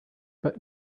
but